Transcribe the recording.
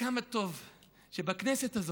וכמה טוב שבכנסת הזאת,